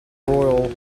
rural